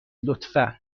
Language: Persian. لطفا